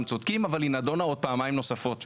צודקים אבל היא נדונה עוד פעמיים נוספות,